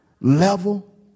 level